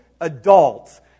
adults